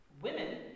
Women